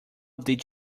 did